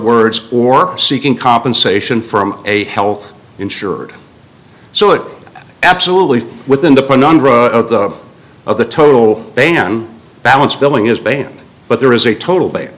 words or seeking compensation from a health insurer so it absolutely within the of the of the total ban balance billing has begun but there is a total ba